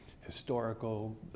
historical